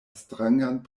strangan